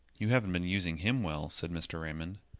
you haven't been using him well, said mr. raymond.